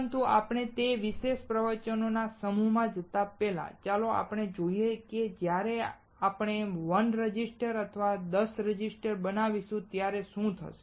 પરંતુ આપણે તે વિશેષ પ્રવચનોના સમૂહમાં જતા પહેલા ચાલો આપણે સમજીએ કે જ્યારે આપણે 1 રેઝિસ્ટર અથવા 10 રેઝિસ્ટર બનાવીશું ત્યારે શું થશે